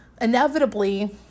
inevitably